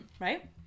Right